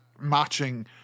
matching